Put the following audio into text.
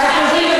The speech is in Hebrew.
ואנחנו עוברים,